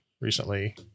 recently